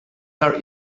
are